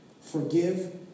Forgive